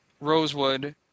Rosewood